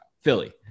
Philly